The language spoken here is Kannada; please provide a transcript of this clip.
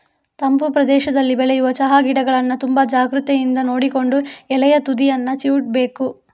ತಂಪು ಪ್ರದೇಶದಲ್ಲಿ ಬೆಳೆಯುವ ಚಾ ಗಿಡಗಳನ್ನ ತುಂಬಾ ಜಾಗ್ರತೆಯಿಂದ ನೋಡಿಕೊಂಡು ಎಲೆಯ ತುದಿಯನ್ನ ಚಿವುಟ್ಬೇಕು